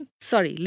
Sorry